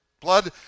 Blood